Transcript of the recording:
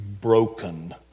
broken